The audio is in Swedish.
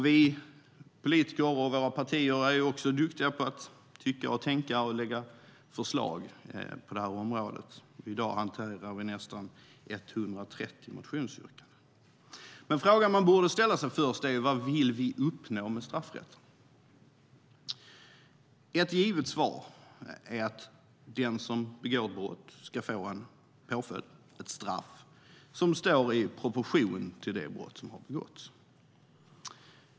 Vi politiker och våra partier är duktiga på att tycka, tänka och lägga fram förslag på det här området. I dag hanterar vi nästan 130 motionsyrkanden. Frågan man borde ställa sig är: Vad vill vi uppnå med straffrätten? Ett givet svar är att den som begår ett brott ska få en påföljd, ett straff, som står i proportion till det brott som har begåtts.